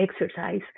exercise